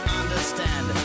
understand